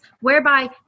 whereby